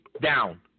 down